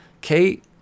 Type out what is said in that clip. Kate